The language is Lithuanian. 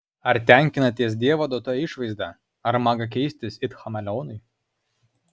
ar tenkinatės dievo duota išvaizda ar maga keistis it chameleonui